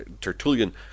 Tertullian